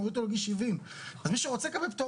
הורידו אותו לגיל 70. אז מי שרוצה לקבל פטור